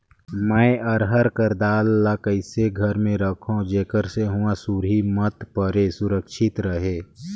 मैं अरहर कर दाल ला कइसे घर मे रखों जेकर से हुंआ सुरही मत परे सुरक्षित रहे?